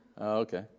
Okay